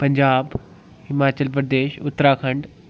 Punjab Himachal Pradesh Uttarakhand